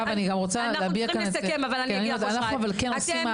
אנחנו צריכים לסכם אבל אני אגיד לך, אשרת.